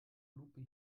lupe